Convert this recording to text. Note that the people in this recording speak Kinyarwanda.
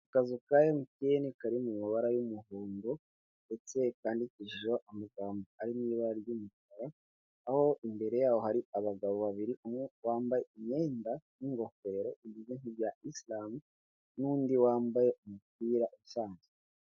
Akazu ka MTN kari mu mabara y'umuhondo ndetse kandikishijeho amagambo ari mu ibara ry'umukara, aho imbere yaho hari abagabo babiri umwe wambaye imyenda n'ingofero bimeze nk'ibya isilamu, n'undi wambaye umupira usanzwe.